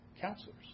counselors